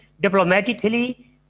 diplomatically